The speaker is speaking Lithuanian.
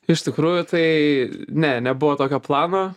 iš tikrųjų tai ne nebuvo tokio plano